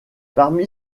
parmi